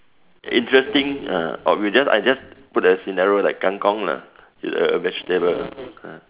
interesting ah or we just I just put a scenario like kang-kong lah a a vegetable ah